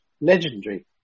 legendary